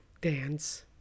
dance